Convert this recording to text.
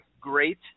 great